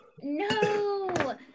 No